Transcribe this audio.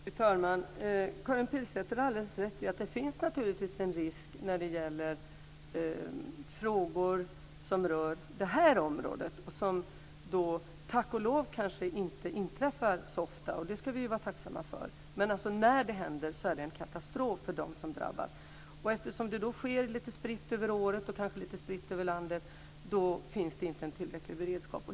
Fru talman! Karin Pilsäter har alldeles rätt i att det naturligtvis finns en risk när det gäller frågor som rör det här området. Det är något som tack och lov kanske inte inträffar så ofta. Det ska vi vara tacksamma för, men när det händer är det en katastrof för dem som drabbas. Eftersom det sker lite spritt över året och kanske lite spritt över landet finns det inte en tillräcklig beredskap.